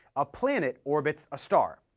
a planet orbits a star,